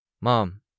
Mom